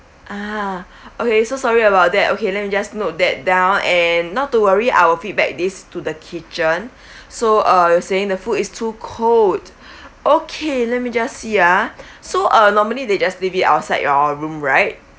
ah okay so sorry about that okay let me just note that down and not to worry I will feedback this to the kitchen so uh you're saying the food is too cold okay let me just see ah so uh normally they just leave it outside your room right